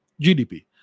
GDP